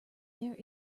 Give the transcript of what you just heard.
there